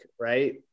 right